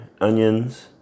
onions